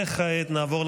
אין מתנגדים ואין נמנעים.